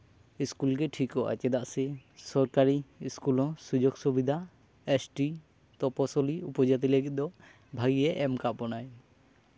school ᱜᱮ ᱴᱷᱤᱠᱚᱜᱼᱟ ᱪᱮᱫᱟᱜ ᱥᱮ ᱥᱚᱨᱠᱟᱨᱤ ᱤᱥᱠᱩᱞ ᱦᱚᱸ ᱥᱩᱡᱳᱜᱽ ᱥᱩᱵᱤᱫᱷᱟ ᱮᱥᱴᱤ ᱛᱚᱯᱚᱥᱤᱞᱤ ᱩᱯᱚᱡᱟᱹᱛᱤ ᱞᱟᱹᱜᱤᱫ ᱫᱚ ᱵᱷᱟᱹᱜᱤ ᱜᱮ ᱮᱢ ᱟᱠᱟᱰ ᱵᱚᱱᱟᱭ